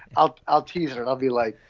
i'll i'll teach her. i'll be like,